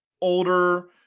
older